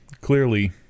clearly